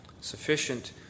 Sufficient